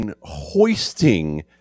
hoisting